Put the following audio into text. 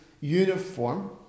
uniform